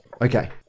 Okay